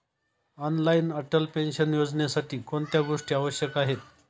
Online Atal pension योजनेसाठी कोणत्या गोष्टी आवश्यक आहेत?